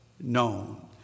known